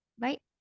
Right